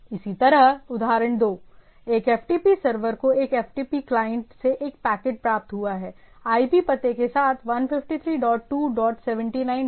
इसी तरह उदाहरण दो एक ftp सर्वर को एक ftp क्लाइंट से एक पैकेट प्राप्त हुआ है IP पते के साथ 153 डॉट 2 डॉट 79 डॉट नौ 9